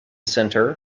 center